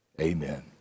Amen